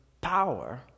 power